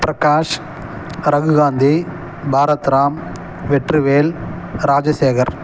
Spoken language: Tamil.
பிரகாஷ் ரகுகாந்தி பாரத்ராம் வெற்றிவேல் ராஜசேகர்